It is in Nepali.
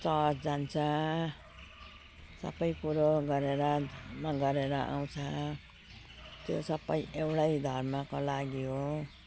चर्च जान्छ सबै कुरो गरेर धर्म गरेर आउँछ त्यो सबै एउटै धर्मको लागि हो